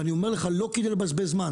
ואני אומר לך לא בשביל לבזבז זמן,